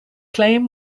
claim